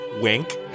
wink